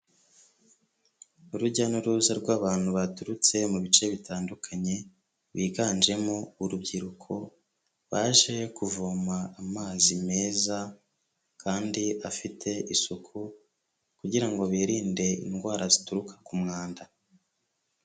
Urujya n'uruza rw'abantu baturutse mu bice bitandukanye biganjemo urubyiruko, baje kuvoma amazi meza kandi afite isuku kugira ngo birinde indwara zituruka ku mwanda.